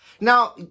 Now